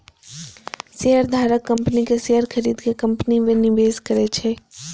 शेयरधारक कंपनी के शेयर खरीद के कंपनी मे निवेश करै छै